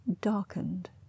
darkened